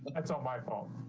it's all my fault.